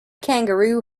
kangaroo